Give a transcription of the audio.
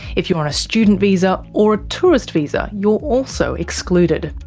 if you're on a student visa or a tourist visa, you're also excluded.